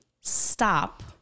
stop